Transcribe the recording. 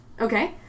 Okay